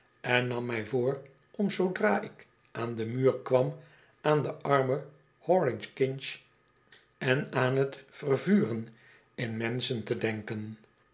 en nam mij voor om zoodra ik aan den muur kwam aan den armen horace kinch en aan t vervuren in de menschen te denken